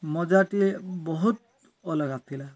ମଜାଟିଏ ବହୁତ ଅଲଗା ଥିଲା